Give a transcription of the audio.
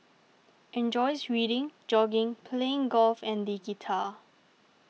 enjoys reading jogging playing golf and the guitar